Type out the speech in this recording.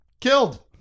killed